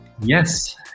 Yes